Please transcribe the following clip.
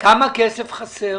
כמה כסף חסר